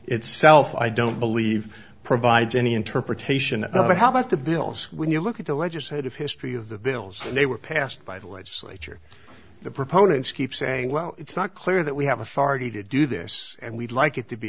itself i don't believe provides any interpretation but how about the bills when you look at the legislative history of the bills and they were passed by the legislature the proponents keep saying well it's not clear that we have authority to do this and we'd like it to be